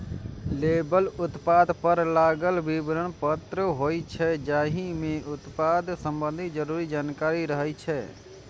label उत्पाद पर लागल विवरण पत्र होइ छै, जाहि मे उत्पाद संबंधी जरूरी जानकारी रहै छै